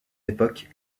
époques